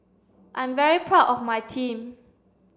I'm very proud of my team